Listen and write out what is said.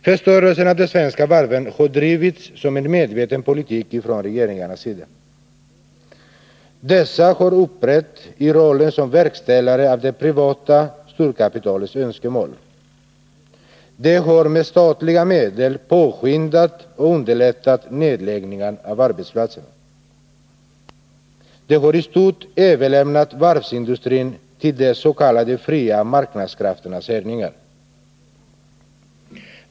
Förstörelsen av de svenska varven har drivits som en medveten politik ifrån regeringarnas sida. Dessa har uppträtt i rollen som verkställare av det privata storkapitalets önskemål. De har med statliga medel påskyndat och underlättat nedläggningar av arbetsplatser. De har i stort överlämnat varvsindustrin till de s.k. fria marknadskrafternas härjningar.